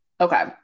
Okay